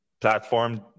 platform